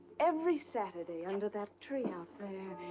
every saturday under that tree out there.